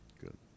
good